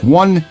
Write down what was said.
one